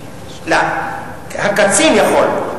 הקצין יכול,